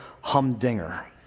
humdinger